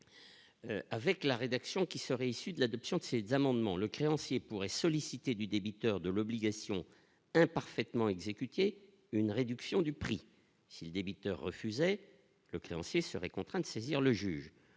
Avec la rédaction qui serait issu de l'adoption de ces amendements le créancier pourrait solliciter du débiteur de l'obligation un parfaitement exécuté une réduction du prix si le débiteur refuser le créancier seraient contraints de saisir le juge